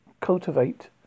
cultivate